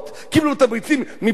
קיבלו תמריצים מברק,